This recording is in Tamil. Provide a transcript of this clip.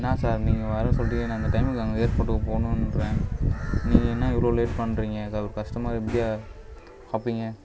என்ன சார் நீங்கள் வர சொல்லிட்டீங்க நான் இந்த டைமுக்கு அங்கே ஏர்போர்ட்டுக்கு போணுன்றேன் நீங்கள் என்ன இவ்வளோ லேட் பண்ணுறீங்க சார் ஒரு கஸ்டமரை இப்படியா பார்ப்பீங்க